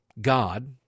God